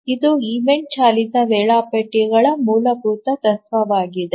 ಇದು ಈವೆಂಟ್ ಚಾಲಿತ ವೇಳಾಪಟ್ಟಿಗಳ ಮೂಲಭೂತ ತತ್ವವಾಗಿದೆ